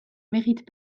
méritent